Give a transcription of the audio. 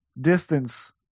distance